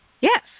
Yes